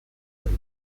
hori